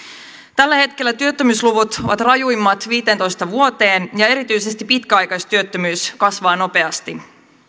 tällä hetkellä työttömyysluvut ovat rajuimmat viiteentoista vuoteen ja erityisesti pitkäaikaistyöttömyys kasvaa nopeasti